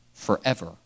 forever